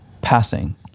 passing